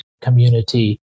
community